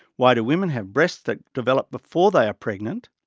why do women have breasts that develop before they are pregnant,